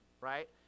Right